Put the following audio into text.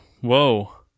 whoa